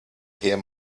hear